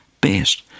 best